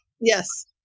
Yes